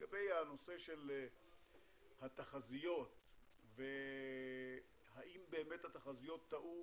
לגבי הנושא של התחזיות והאם באמת התחזיות טעו